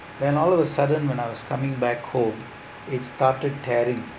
then all of a sudden when I was coming back home it started tearing